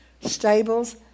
stables